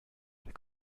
wir